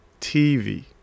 TV